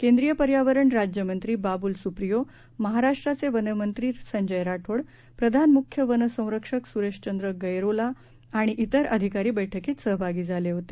केंद्रीय पर्यावरण राज्य मंत्री बाबूल सुप्रियो महाराष्ट्राचे वन मंत्री संजय राठोड प्रधान मुख्य वन संरक्षक सुरेशचंद्र गैरोला आणि इतर अधिकारी बैठकीत सहभागी झाले होते